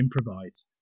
improvise